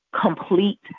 complete